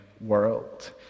world